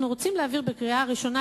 אנחנו רוצים להעביר בקריאה ראשונה,